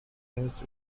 has